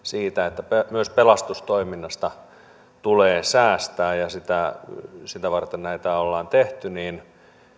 siihen että myös pelastustoiminnasta tulee säästää ja sitä sitä varten näitä ollaan tehty niin